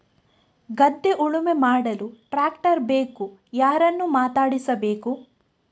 ಗದ್ಧೆ ಉಳುಮೆ ಮಾಡಲು ಟ್ರ್ಯಾಕ್ಟರ್ ಬೇಕು ಯಾರನ್ನು ಮಾತಾಡಿಸಬೇಕು?